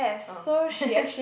oh